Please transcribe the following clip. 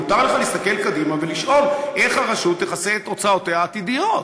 אז מותר לך להסתכל קדימה ולשאול: איך הרשות תכסה את הוצאותיה העתידיות?